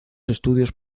estudios